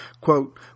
quote